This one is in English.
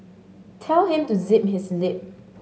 tell him to zip his lip